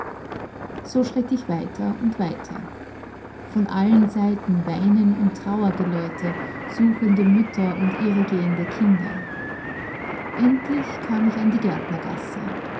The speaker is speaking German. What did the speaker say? so schritt ich weiter und weiter von allen seiten weinen und trauergeläute suchende mütter und irregehende kinder endlich kam ich an die